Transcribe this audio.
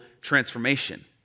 transformation